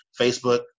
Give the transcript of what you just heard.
Facebook